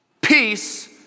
Peace